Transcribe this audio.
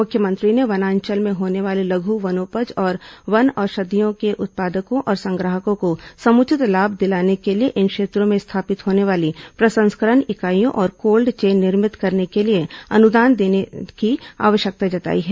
मुख्यमंत्री ने वनांचल में होने वाले लघु वनोपज और वन औषधियों के उत्पादकों और संग्राहकों को समुचित लाभ दिलाने के लिए इन क्षेत्रों में स्थापित होने वाली प्रसंस्करण इकाइयों और कोल्ड चेन निर्मित करने के लिये अनुदान दिये जाने की आवश्यकता जताई है